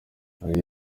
hari